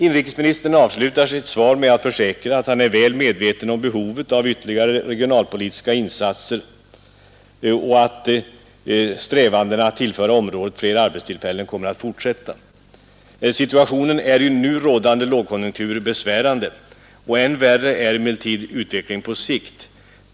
Inrikesministern avslutar sitt svar med att försäkra att han är väl medveten om behovet av ytterligare regionalpolitiska insatser och att strävandena att tillföra området fler arbetstillfällen kommer att fortsätta. Situationen är i nu rådande lågkonjunktur besvärande. Än värre är emellertid utvecklingen på sikt.